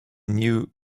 knew